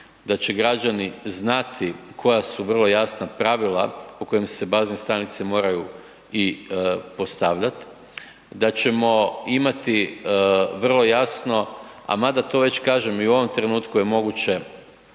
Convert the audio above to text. da će građani znati koja su vrlo jasna pravila po kojem se bazne stanice moraju i postavljati, da ćemo imati vrlo jasno, a mada to već, kažem, i u ovom trenutku je moguće